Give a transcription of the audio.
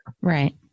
Right